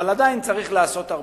אבל עדיין צריך לעשות הרבה.